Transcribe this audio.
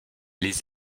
les